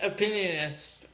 Opinionist